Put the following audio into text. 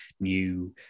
new